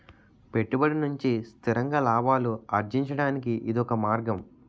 పెట్టుబడి నుంచి స్థిరంగా లాభాలు అర్జించడానికి ఇదొక మార్గం